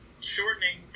shortening